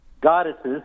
goddesses